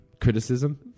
Criticism